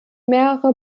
mehrere